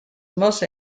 most